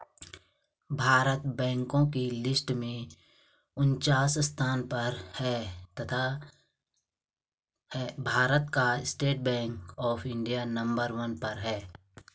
भारत बैंको की लिस्ट में उनन्चास स्थान पर है भारत का state bank of India number one पर है